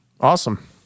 Awesome